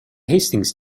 hastings